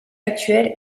actuel